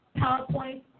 PowerPoint